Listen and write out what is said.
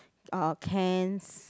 or cans